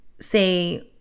say